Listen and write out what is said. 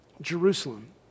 Jerusalem